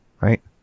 right